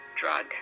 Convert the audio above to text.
drug